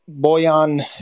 Boyan